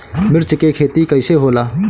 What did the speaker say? मिर्च के खेती कईसे होला?